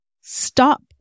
stop